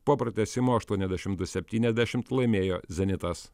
po pratęsimo aštuoniasdešim du septyniasdešimt laimėjo zenitas